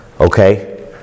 Okay